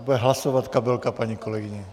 Bude hlasovat kabelka paní kolegyně.